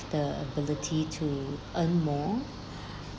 the ability to earn more